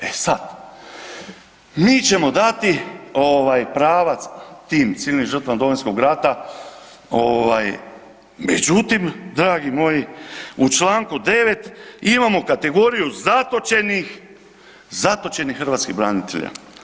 E sad, mi ćemo dati ovaj pravac tim civilnim žrtvama Domovinskog rata ovaj međutim dragi moji u čl. 9. imamo kategoriju zatočenih, zatočenih hrvatskih branitelja.